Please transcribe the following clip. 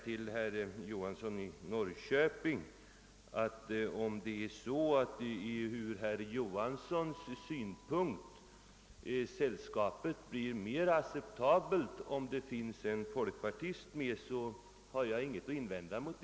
Till herr Johansson i Norrköping vill jag säga att jag ingenting har att invända om han anser sällskapet mera acceptabelt om en folkpartist finns med.